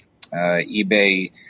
eBay